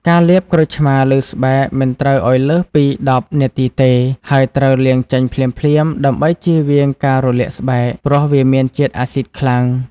ការលាបក្រូចឆ្មារលើស្បែកមិនត្រូវឲ្យលើសពី ១០ នាទីទេ ហើយត្រូវលាងចេញភ្លាមៗដើម្បីជៀសវាងការរលាកស្បែក ព្រោះវាមានជាតិអាស៊ីដខ្លាំង។